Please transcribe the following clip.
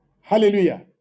hallelujah